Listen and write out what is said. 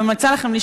אני ממליצה לכם,